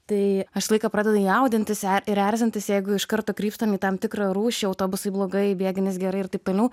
tai aš visą laiką pradedu jaudintis ir erzintis jeigu iš karto krypstam į tam tikrą rūšį autobusai blogai bėginis gerai ir taip toliau